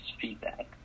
feedback